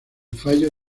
fallo